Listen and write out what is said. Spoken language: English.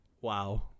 Wow